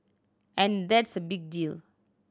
and that's a big deal